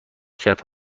کرد